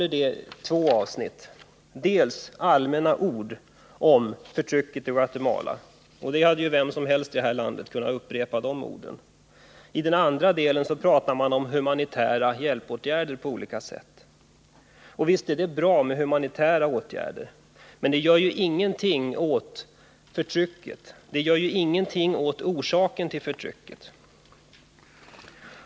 Det första avsnittet innehåller allmänna ord om förtrycket i Guatemala, och de orden hade vem som helst i detta land kunnat uttala. I det andra avsnittet talas det om olika humanitära hjälpåtgärder. Och visst är sådana bra, men de gör ingenting åt förtrycket, de gör ingenting åt orsaken till förtrycket.